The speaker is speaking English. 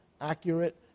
accurate